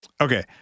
Okay